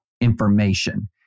information